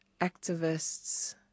activists